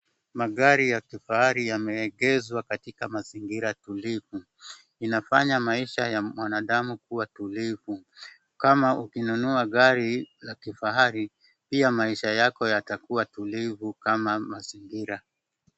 Magari ya kifahari yameegezwa katika mazingira tulivu, inafanya maisha ya mwanadamu kuwa tulivu kama ukinunua gari ya kifahari, pia maisha yako yatakuwa tulivu kama mazingira.